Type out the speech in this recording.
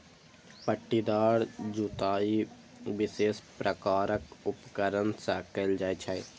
पट्टीदार जुताइ विशेष प्रकारक उपकरण सं कैल जाइ छै